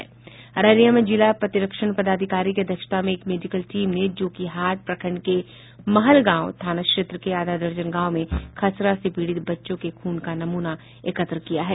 अररिया में जिला प्रतिरक्षण पदाधिकारी की अध्यक्षता में एक मेडिकल टीम ने जोकीहाट प्रखंड के महलगांव थाना क्षेत्र के आधा दर्जन गांव में खसरा से पीड़ित बच्चों के खून का नमूना एकत्र किया है